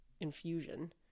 infusion